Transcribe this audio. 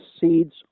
seeds